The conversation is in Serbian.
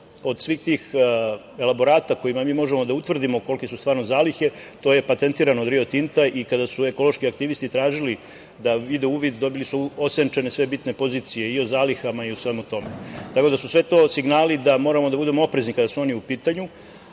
od svih tih elaborata kojima mi možemo da utvrdimo kolike su stvarne zalihe to je patentirano od „Rio Tinta“ i kada su ekološki aktivisti tražili da vide uvid dobili su osenčene sve bitne pozicije i o zalihama i o svemu tome, tako da su to sve signali da moramo da budemo oprezni kada su oni u pitanju.S